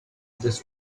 this